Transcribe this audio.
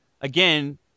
again